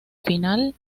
final